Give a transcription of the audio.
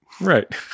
Right